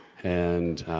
and,